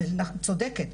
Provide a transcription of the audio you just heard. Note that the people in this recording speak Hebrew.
את צודקת,